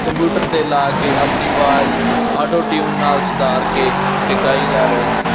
computer 'ਤੇ ਲਾ ਕੇ ਆਪਣੀ ਆਵਾਜ਼ ਆਟੋ ਟਿਊਨ ਨਾਲ ਸੁਧਾਰ ਕੇ ਅਤੇ ਗਾਈ ਜਾ ਰਹੇ ਹਨ